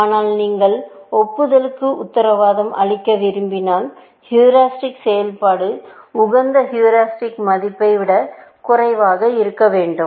ஆனால் நீங்கள் ஒப்புதலுக்கு உத்தரவாதம் அளிக்க விரும்பினால் ஹீரிஸ்டிக்செயல்பாடு உகந்த ஹீரிஸ்டிக்மதிப்பை விட குறைவாக இருக்க வேண்டும்